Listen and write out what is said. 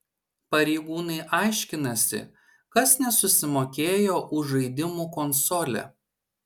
pareigūnai aiškinasi kas nesusimokėjo už žaidimų konsolę